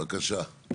בבקשה.